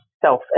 self